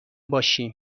باشیم